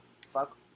fuck